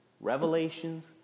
revelations